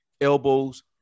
Elbows